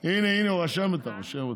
הינה, הוא רשם אותך, רושם אותך.